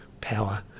power